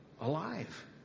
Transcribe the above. alive